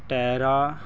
terra